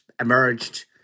emerged